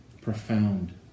profound